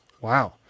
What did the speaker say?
wow